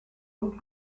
und